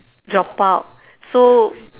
drop out so